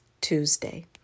Tuesday